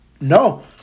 No